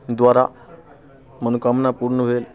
द्वारा मनोकामना पूर्ण भेल